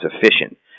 efficient